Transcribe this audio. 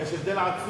יש הבדל עצום.